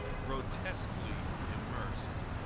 grotesquely immersed.